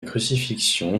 crucifixion